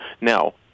Now